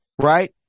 right